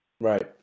right